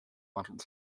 models